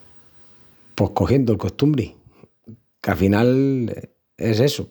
Pos cogiendu’l costumbri, qu’afinal es essu.